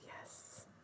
yes